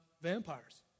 vampires